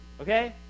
Okay